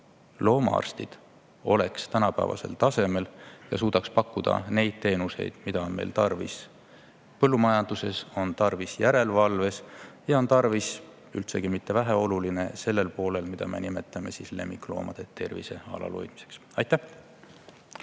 loomaarstid oleksid tänapäevasel tasemel ja suudaksid pakkuda neid teenuseid, mida meil on tarvis põllumajanduses, on tarvis järelevalves ja on tarvis – see pole üldsegi mitte väheoluline – sellel poolel, mida me nimetame lemmikloomade tervise alalhoidmiseks. Aitäh!